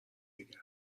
دیگه